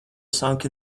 sunk